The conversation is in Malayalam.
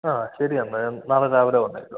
അ ശരിയെന്നാല് ഞാൻ നാളെ രാവിലെ വന്നേക്കാം